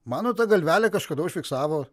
mano ta galvelė kažkada užfiksavo